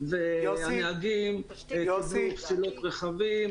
הנהגים קיבלו פסילות רכבים,